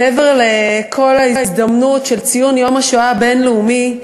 מעבר לכל ההזדמנות של ציון יום השואה הבין-לאומי,